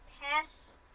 pass